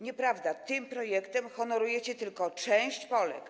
Nieprawda, tym projektem honorujecie tylko część Polek.